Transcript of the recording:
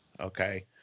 okay